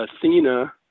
Athena